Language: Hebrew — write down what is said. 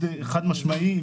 מאוד חד משמעי,